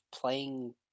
playing